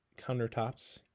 countertops